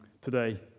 today